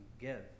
give